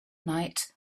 night